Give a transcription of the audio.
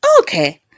Okay